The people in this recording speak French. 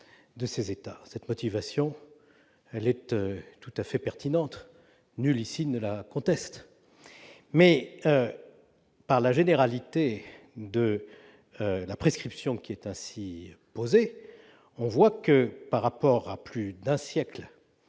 de ces États cette motivation, elle était tout à fait pertinente nul ici ne la conteste, mais par la généralité de la prescription, qui est ainsi posée, on voit que par rapport à plus d'un siècle